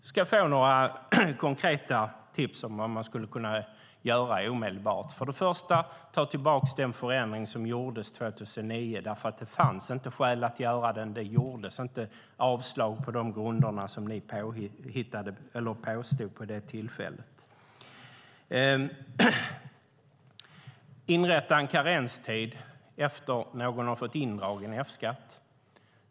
Ni ska få några konkreta tips om vad man skulle kunna göra omedelbart. Först och främst kan ni ta tillbaka den förändring som gjordes 2009. Det fanns inte skäl att göra den. Det gjordes inte avslag på de grunderna som ni påstod vid det tillfället. Inrätta en karenstid efter att någon har fått indragen F-skatt.